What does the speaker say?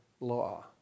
law